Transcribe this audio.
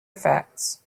effects